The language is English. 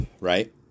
right